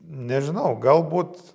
nežinau galbūt